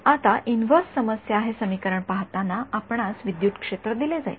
आता इन्व्हर्स समस्या हे समीकरण पाहताना आपणास विद्युत क्षेत्र दिले जाईल